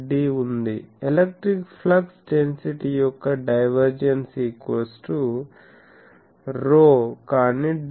D ఉంది electric flux density యొక్క divergence ρ కానీ ∇